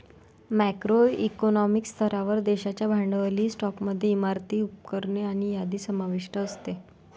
macro economic स्तरावर, देशाच्या भांडवली स्टॉकमध्ये इमारती, उपकरणे आणि यादी समाविष्ट असते